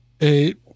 eight